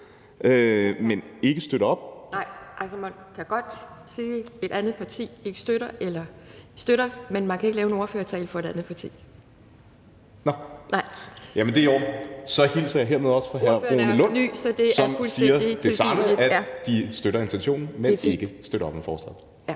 Tak. Nej, man kan godt sige, at et andet parti ikke støtter, eller at de støtter, men man kan ikke lave en ordførertale for et andet parti). Det er i orden. Så hilser jeg hermed også fra hr. Rune Lund, som siger det samme, altså at de støtter intentionen, men ikke støtter op om forslaget. Kl.